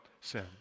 sin